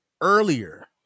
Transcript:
earlier